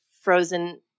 frozen